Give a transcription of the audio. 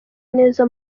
neza